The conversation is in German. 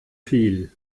viel